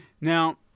Now